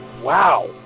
Wow